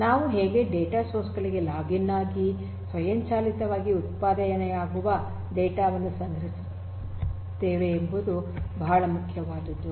ನಾವು ಹೇಗೆ data source ಗಳಿಗೆ ಲಾಗಿನ್ ಆಗಿ ಸ್ವಯಂಚಾಲಿತವಾಗಿ ಉತ್ಪಾದನೆಯಾಗುವ ಡೇಟಾ ವನ್ನು ಸಂಗ್ರಹಿಸುತ್ತೇವೆ ಎಂಬುದು ಬಹಳ ಮುಖ್ಯವಾದದ್ದು